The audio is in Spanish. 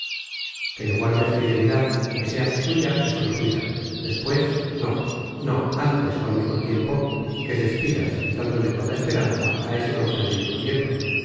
que le guardes fidelidad que seas suya y sólo suya después no no antes o al mismo tiempo que despidas quitándole toda esperanza a ese d federico nieto